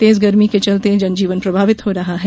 तेज गर्मी के चलते जनजीवन प्रभावित हो रहा है